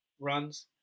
runs